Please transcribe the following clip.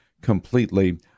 completely